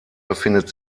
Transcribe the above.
befindet